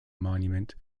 monument